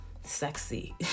Sexy